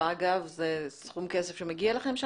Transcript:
זה סכום כסף שמגיע לכם?